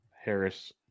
Harris